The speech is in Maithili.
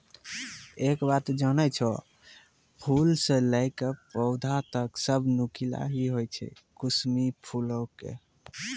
एक बात जानै छौ, फूल स लैकॅ पौधा तक सब नुकीला हीं होय छै कुसमी फूलो के